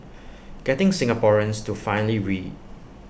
getting Singaporeans to finally read